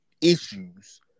issues